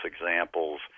examples